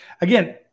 again